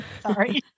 Sorry